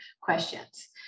questions